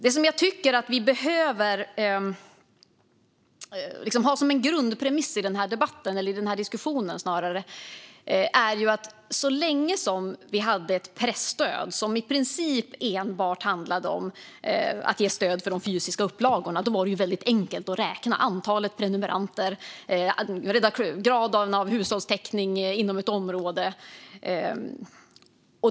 Det jag tycker att vi behöver ha som en grundpremiss i denna debatt, eller snarare i denna diskussion, är att det så länge vi hade ett presstöd som i princip enbart handlade om att ge stöd för fysiska upplagor var väldigt enkelt att räkna antalet prenumeranter och graden av hushållstäckning inom ett område.